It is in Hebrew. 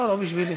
לא, לא בשבילי.